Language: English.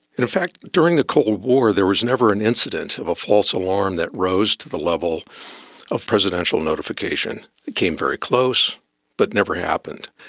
in fact during the cold war there was never an incident of false alarm that rose to the level of presidential notification. it came very close but never happened.